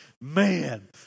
man